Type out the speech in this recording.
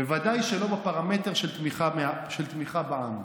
בוודאי שלא בפרמטר של תמיכה בעם?